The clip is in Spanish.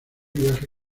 viaje